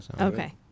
Okay